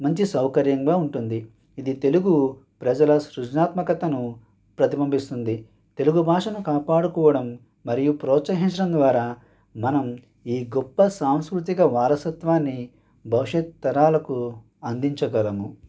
మంచి సౌకర్యంగా ఉంటుంది ఇది తెలుగు ప్రజల సృజనాత్మకతను ప్రతిబింబిస్తుంది తెలుగు భాషను కాపాడుకోవడం మరియు ప్రోత్సహించడం ద్వారా మనం ఈ గొప్ప సాంస్కృతిక వారసత్వాన్ని భవిష్యత్తు తరాలకు అందించగలము